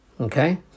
okay